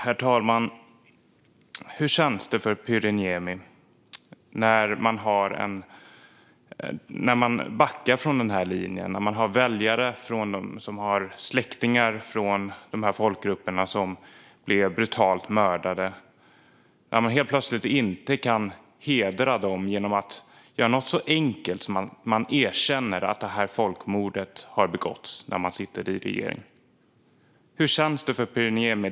Herr talman! Jag undrar hur det känns för Pyry Niemi när man backar från den här linjen. Man har väljare som har släktingar från de folkgrupper som blev brutalt mördade, och helt plötsligt kan man inte hedra dem genom att göra något så enkelt som att, när man sitter i regeringen, erkänna att det här folkmordet har begåtts. Hur känns det för Pyry Niemi?